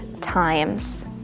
times